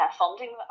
funding